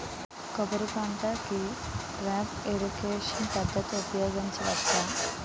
కొబ్బరి పంట కి డ్రిప్ ఇరిగేషన్ పద్ధతి ఉపయగించవచ్చా?